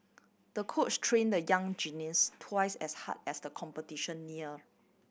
the coach trained the young gymnast twice as hard as the competition near